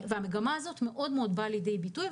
המגמה הזאת באה לידי ביטוי,